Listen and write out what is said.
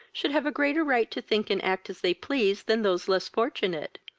should have a greater right to think and act as they please than those less fortunate.